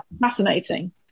fascinating